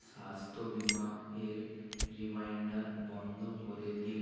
স্বাস্থ্য বীমা এর রিমাইণ্ডার বন্ধ করে দিন